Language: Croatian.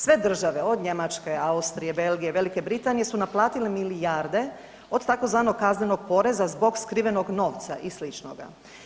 Sve države, od Njemačke, Austrije, Belgije, Velike Britanije, su naplatile milijarde od tzv. kaznenog poreza zbog skrivenog novca i slično.